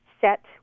Set